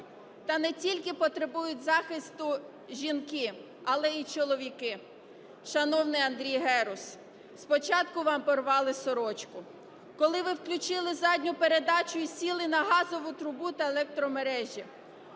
Та не тільки потребують захисту жінки, але і чоловіки. Шановний Андрій Герус, спочатку вам порвали сорочку. Коли ви включили задню передачу і сіли на газову трубу та електромережі,